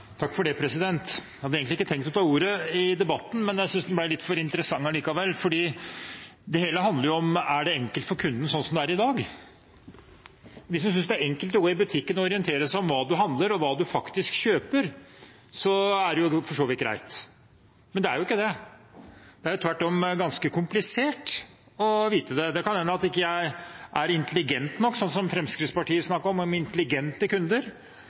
Jeg hadde egentlig ikke tenkt å ta ordet i debatten, men jeg syntes det ble litt for interessant allikevel. For det hele handler om: Er det enkelt for kunden sånn som det er i dag? Hvis man synes det er enkelt å gå i butikken og orientere seg om hva man handler, og hva man faktisk kjøper, er det for så vidt greit. Men det er jo ikke det. Det er tvert om ganske komplisert å vite det. Det kan hende at jeg ikke er intelligent nok – sånn som Fremskrittspartiet snakker om, om intelligente kunder